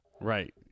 Right